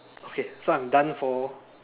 okay so I'm done for